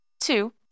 two